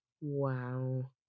Wow